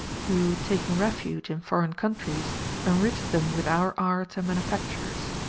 who, taking refuge in foreign countries enriched them with our arts and manufactures.